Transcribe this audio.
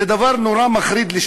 זה דבר מאוד מחריד,